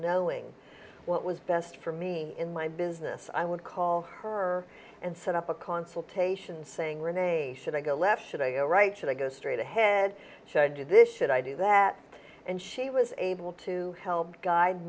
knowing what was best for me in my business i would call her and set up a consultation saying renee should i go left should i go right should i go straight ahead should do this should i do that and she was able to help guide